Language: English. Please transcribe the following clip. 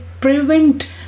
prevent